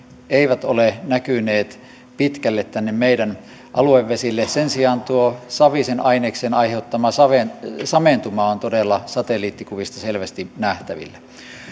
eivät ole näkyneet pitkälle tänne meidän aluevesillemme sen sijaan tuo savisen aineksen aiheuttama samentuma samentuma on todella satelliittikuvista selvästi nähtävillä